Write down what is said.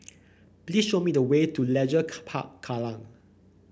please show me the way to Leisure car Park Kallang